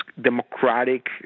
democratic